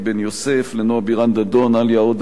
לעאליה עודה ולדובר הוועדה שמעון מלכה,